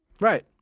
Right